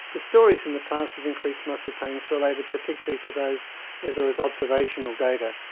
the stories in the past of increased muscle pain is related particularly to those where there is observational data.